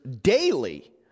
daily